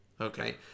Okay